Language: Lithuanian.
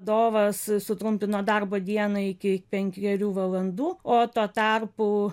dovas sutrumpino darbo dieną iki penkerių valandų o tuo tarpu